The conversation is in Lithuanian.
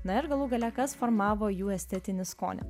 na ir galų gale kas formavo jų estetinį skonį